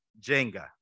Jenga